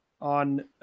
on